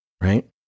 right